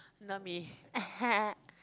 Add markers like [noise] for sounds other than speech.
not me [noise]